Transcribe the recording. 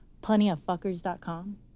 plentyoffuckers.com